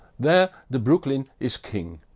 there the brooklyn is king.